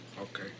Okay